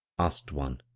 asked one.